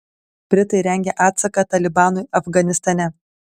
britai rengia atsaką talibanui afganistane